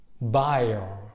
buyer